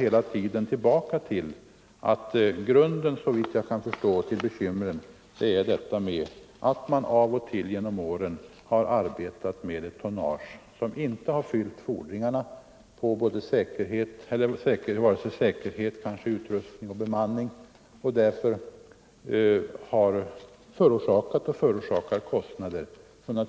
Grunden till bekymren är, såvitt jag kan förstå, att man av och till genom åren har arbetat med tonnage som inte fyllt fordringarna på vare sig säkerhet, utrustning eller bemanning och därför har förorsakat och även förorsakar kostnader som